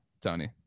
Tony